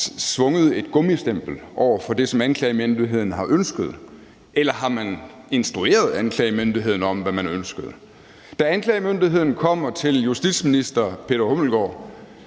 har svunget et gummistempel over det, som anklagemyndigheden har ønsket, eller om man har instrueret anklagemyndigheden i, hvad man ønskede. Da anklagemyndigheden kommer til justitsministeren efter